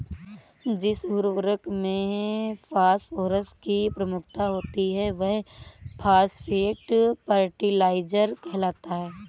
जिस उर्वरक में फॉस्फोरस की प्रमुखता होती है, वह फॉस्फेट फर्टिलाइजर कहलाता है